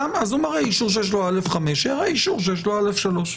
אם הוא מראה אישור שיש לו אשרה א/5 - הוא יראה אישור שיש לו אשרה א/3.